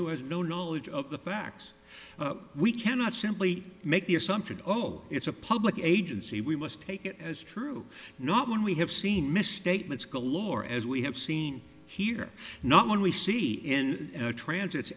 who has no knowledge of the facts we cannot simply make the assumption oh it's a public agency we must take it as true not when we have seen misstatements galore as we have seen here not one we see in transits